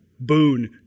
boon